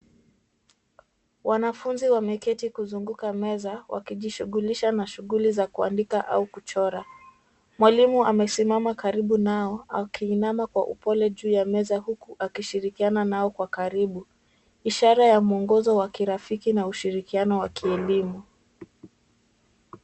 Wanafunzi wameketi kuzunguka meza wakijishughulisha na shughuli za kuandika au kuchora. Mwalimu amesimama karibu nao akiinama kwa upole juu ya meza huku akishirikiana nao kwa karibu. Ishara ya mwongozo wa kirafiki na ushirikiano wa kielimu.